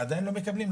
עדיין לא מקבלים,